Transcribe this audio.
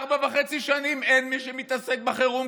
ארבע שנים וחצי אין מי שמתעסק בחירום,